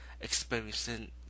experiencing